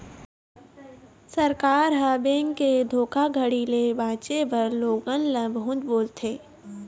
सरकार ह, बेंक के धोखाघड़ी ले बाचे बर लोगन ल बहुत बोलथे